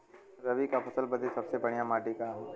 रबी क फसल बदे सबसे बढ़िया माटी का ह?